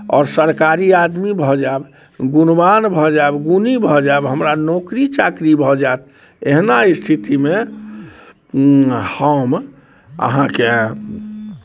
आओर सरकारी आदमी भऽ जायब गुणवान भऽ जायब गुणी भऽ जायब लोक हमरा नौकरी चाकरी भऽ जायत एहना स्थितिमे हम अहाँके